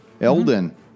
Elden